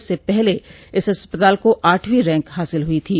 इससे पहले इस अस्पताल को आठवीं रैंक हासिल हुई थी